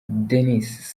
denis